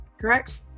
Correct